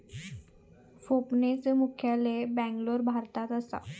फोनपेचा मुख्यालय बॅन्गलोर, भारतात असा